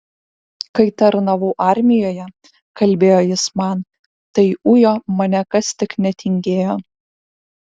kai tarnavau armijoje kalbėjo jis man tai ujo mane kas tik netingėjo